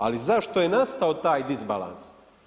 Ali zašto je nastao taj disbalans?